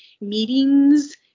meetings